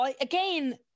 again